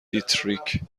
دیتریک